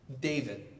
David